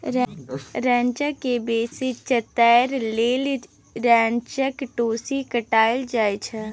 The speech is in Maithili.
रैंचा केँ बेसी चतरै लेल रैंचाक टुस्सी काटल जाइ छै